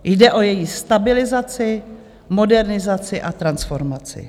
Jde o její stabilizaci, modernizaci a transformaci.